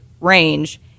range